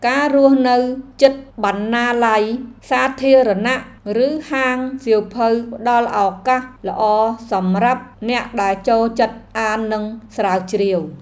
ការរស់នៅជិតបណ្ណាល័យសាធារណៈឬហាងសៀវភៅផ្តល់ឱកាសល្អសម្រាប់អ្នកដែលចូលចិត្តអាននិងស្រាវជ្រាវ។